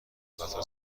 قطار